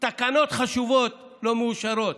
תקנות חשובות לא מאושרות.